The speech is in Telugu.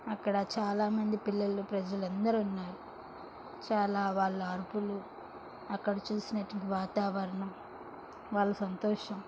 అక్కడ చాలామంది పిల్లలు ప్రజలు అందరు ఉన్నారు చాలా వాళ్ళ అరుపులు అక్కడ చూసినట్టు వాతావరణం వాళ్ళ సంతోషం